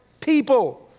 people